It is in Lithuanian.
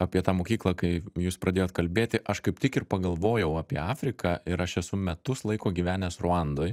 apie tą mokyklą kai jūs pradėjot kalbėti aš kaip tik ir pagalvojau apie afriką ir aš esu metus laiko gyvenęs ruandoj